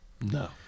no